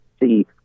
see